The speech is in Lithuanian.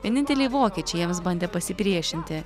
vieninteliai vokiečiai jiems bandė pasipriešinti